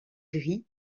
gris